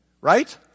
right